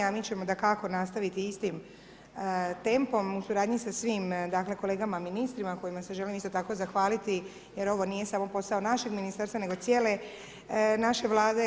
Mi ćemo dakako nastaviti istim tempom u suradnji sa svim dakle, kolegama ministrima kojima se želim isto tako zahvaliti jer ovo nije samo posao našeg Ministarstva nego cijele naše Vlade.